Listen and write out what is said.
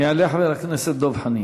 יעלה חבר הכנסת דב חנין.